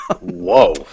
Whoa